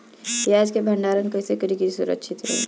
प्याज के भंडारण कइसे करी की सुरक्षित रही?